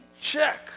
check